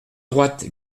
droite